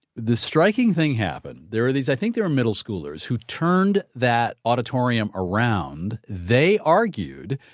this striking thing happened. there were these, i think they were middle schoolers who turned that auditorium around. they argued,